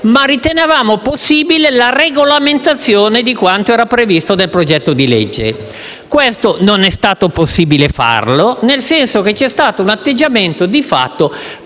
avviso era possibile la regolamentazione di quanto previsto nel disegno di legge. Non è stato possibile farlo, nel senso che c'è stato un atteggiamento di fatto